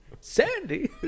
sandy